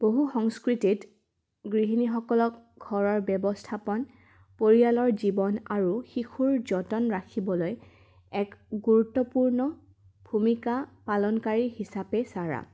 বহু সংস্কৃতিত গৃহিণীসকলক ঘৰৰ ব্যৱস্থাপন পৰিয়ালৰ জীৱন আৰু শিশুৰ যতন ৰাখিবলৈ এক গুৰুত্বপূৰ্ণ ভূমিকা পালনকাৰী হিচাপে চাৰা